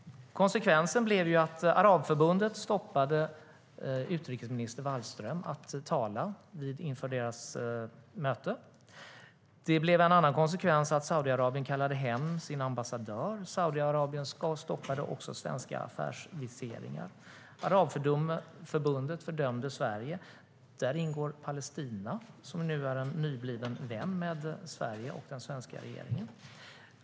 Konsekvensen blev att Arabförbundet stoppade utrikesminister Wallström från att tala vid deras möte. En annan konsekvens blev att Saudiarabien kallade hem sin ambassadör. Saudiarabien stoppade också svenska affärsviseringar. Arabförbundet fördömde Sverige. I Arabförbundet ingår Palestina, som nu är en nybliven vän till Sverige och den svenska regeringen.